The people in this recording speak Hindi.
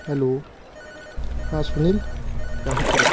हेलो हाँ सुनील कहाँ पर हो